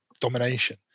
domination